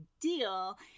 deal